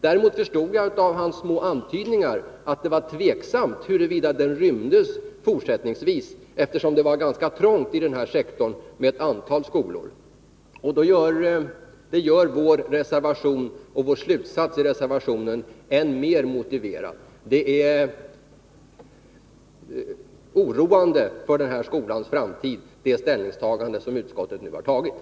Däremot förstod jag av Lennart Bladhs små antydningar att det var tveksamt huruvida skolan rymdes fortsättningsvis, eftersom det är ganska trångt i den här sektorn med ett antal skolor. Det gör vår slutsats i reservationen än mer motiverad. Utskottets ställningstagande är oroande för den här skolans framtid.